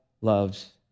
loves